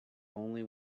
only